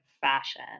fashion